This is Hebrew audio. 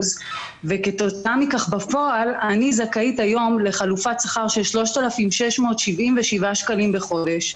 כתוצאה מכך בפועל אני זכאית היום לחלופת שכר של 3,677 שקלים בחודש,